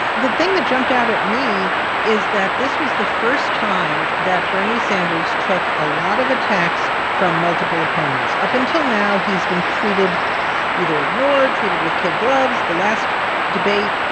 the thing that jumped out at me is that this was the first time that bernie sanders took a lot of attacks from multiple opponents. up until now, he's been treated either ignored, treated with kid gloves. the last debate,